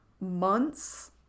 months